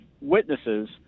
witnesses